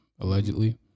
Allegedly